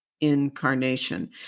incarnation